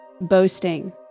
boasting